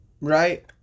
Right